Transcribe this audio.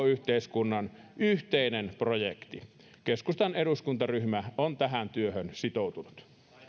yhteiskunnan yhteinen projekti keskustan eduskuntaryhmä on tähän työhön sitoutunut